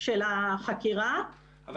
של החקירה,